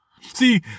See